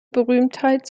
berühmtheit